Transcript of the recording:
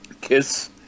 KISS